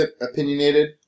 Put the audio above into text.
opinionated